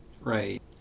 Right